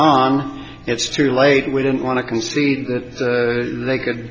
on it's too late we didn't want to concede that they could